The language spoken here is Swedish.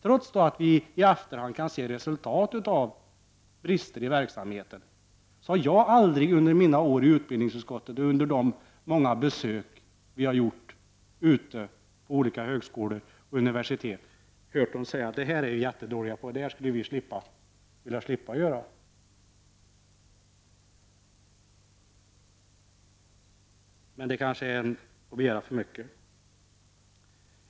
Trots att vi i efterhand kan se resultatet av brister i verksamheten, har jag aldrig under mina år i utbildningsutskottet och under de många besök vi har gjort ute på olika högskolor och universitet hört någon säga: Detta är vi jättedåliga på, detta borde vi få slippa göra. Men det är kanske att begära för mycket.